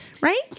Right